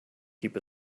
keep